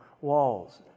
walls